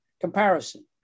comparison